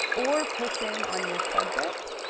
or push in on your subject.